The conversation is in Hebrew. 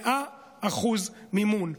100% מימון,